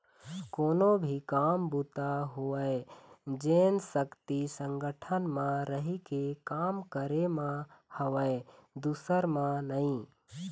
कोनो भी काम बूता होवय जेन सक्ति संगठन म रहिके काम करे म हवय दूसर म नइ